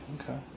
okay